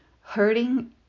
Hurting